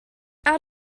out